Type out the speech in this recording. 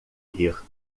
rir